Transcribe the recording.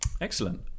excellent